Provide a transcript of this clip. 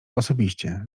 osobiście